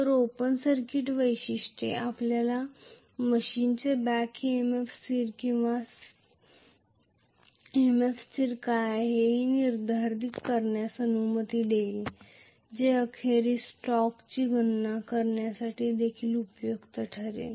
तर open circuit वैशिष्ट्ये आपल्याला मशीनची बॅक EMF स्थिर किंवा EMF स्थिर काय आहे हे निर्धारित करण्यास अनुमती देईल जे अखेरीस टॉर्कची गणना करण्यात देखील उपयुक्त ठरेल